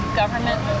government